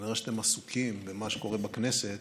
כנראה שאתם עסוקים במה שקורה בכנסת